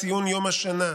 ציון יום השנה,